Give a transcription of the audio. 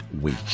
week